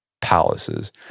palaces